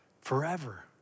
forever